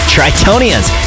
Tritonians